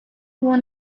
won